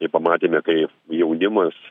ir pamatėme kai jaunimas